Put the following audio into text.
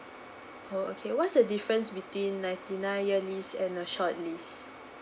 oh okay what's the difference between ninety nine year lease and a short lease